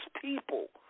people